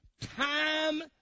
time